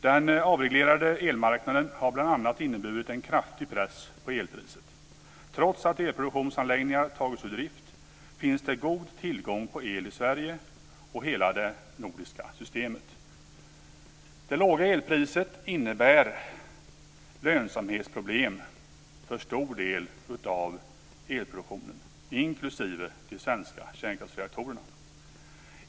Den avreglerade elmarknaden har bl.a. inneburit en kraftig press på elpriset. Trots att elproduktionsanläggningar tagits ur drift, finns det god tillgång på el i Sverige och i hela det nordiska systemet. Det låga elpriset innebär lönsamhetsproblem för en stor del av elproduktionen, inklusive de svenska kärnkraftsreaktorerna.